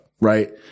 Right